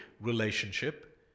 relationship